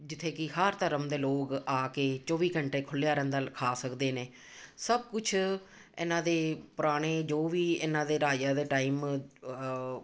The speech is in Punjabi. ਜਿੱਥੇ ਕਿ ਹਰ ਧਰਮ ਦੇ ਲੋਕ ਆ ਕੇ ਚੌਵੀ ਘੰਟੇ ਖੁੱਲਿਆ ਰਹਿੰਦਾ ਖਾ ਸਕਦੇ ਨੇ ਸਭ ਕੁਛ ਇਹਨਾਂ ਦੇ ਪੁਰਾਣੇ ਜੋ ਵੀ ਇਹਨਾਂ ਦੇ ਰਾਜਿਆਂ ਦੇ ਟਾਈਮ